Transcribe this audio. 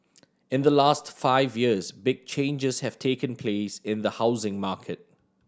in the last five years big changes have taken place in the housing market